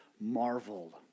marveled